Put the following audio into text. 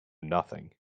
nothing